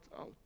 out